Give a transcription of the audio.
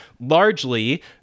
largely